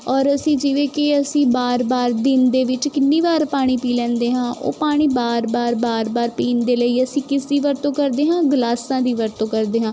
ਔਰ ਅਸੀਂ ਜਿਵੇਂ ਕਿ ਅਸੀਂ ਵਾਰ ਵਾਰ ਦਿਨ ਦੇ ਵਿੱਚ ਕਿੰਨੀ ਵਾਰ ਪਾਣੀ ਪੀ ਲੈਂਦੇ ਹਾਂ ਉਹ ਪਾਣੀ ਵਾਰ ਵਾਰ ਵਾਰ ਵਾਰ ਪੀਣ ਦੇ ਲਈ ਅਸੀਂ ਕਿਸ ਦੀ ਵਰਤੋਂ ਕਰਦੇ ਹਾਂ ਗਲਾਸਾਂ ਦੀ ਵਰਤੋਂ ਕਰਦੇ ਹਾਂ